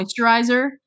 moisturizer